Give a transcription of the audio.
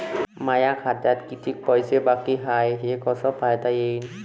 माया खात्यात कितीक पैसे बाकी हाय हे कस पायता येईन?